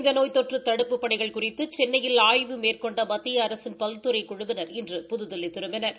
இந்த நோய் தொற்று தடுப்புப் பணிகள் குறித்து சென்னையில் ஆய்வு மேற்கொண்ட மத்திய அரசின் பல்துறை குழுவினர் இன்று புதுதில்லி திரும்பினர்